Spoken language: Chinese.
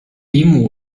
嫡母